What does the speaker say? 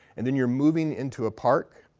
and then you're moving into a park,